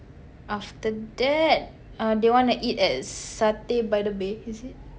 after that uh they want to eat at satay by the bay is it